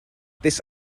this